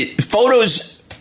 photos